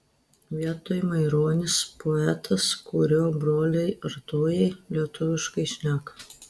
vietoj maironis poetas kurio broliai artojai lietuviškai šneka